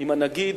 עם הנגיד,